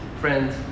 Friends